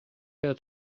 her